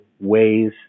ways